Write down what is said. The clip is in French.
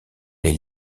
les